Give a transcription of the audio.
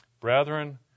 Brethren